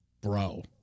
Bro